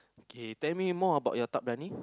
okay tell me more about your tak berani